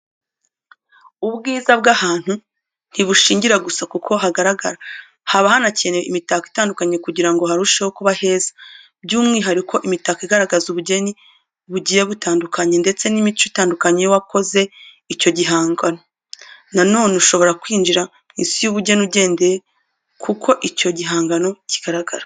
Ubwiza bw'ahantu ntibushingira gusa k'uko hagaragara. Haba hakenewe imitako itandukanye kugira ngo harusheho kuba heza. Byumwihariko imitako igaragaza ubugeni bugiye butandukanye ndetse n'imico itandukanye y'uwakoze icyo gihangano. Na none ushobora kwinjira mu isi y'ubugeni ugendeye k'uko icyo gihangano kigaragara.